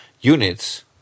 units